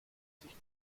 sich